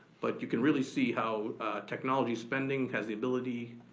but you can really see how technology spending has the ability,